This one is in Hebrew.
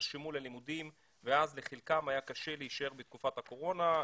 נרשמו ללימודים ואז לחלקם היה קשה להישאר בתקופת הקורונה.